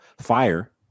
fire